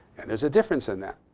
and there's a difference in that.